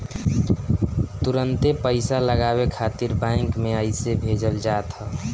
तुरंते पईसा लगावे खातिर बैंक में अइसे भेजल जात ह